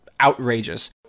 outrageous